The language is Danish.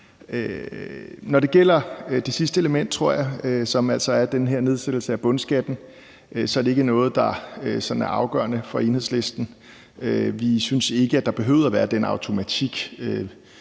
Når det gælder det sidste element, som altså er den her nedsættelse af bundskatten, så er det ikke noget, der er afgørende for Enhedslisten. Vi synes ikke, at der behøvede at være den automatik